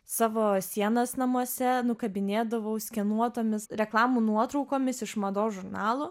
savo sienas namuose nukabinėdavau skenuotomis reklamų nuotraukomis iš mados žurnalų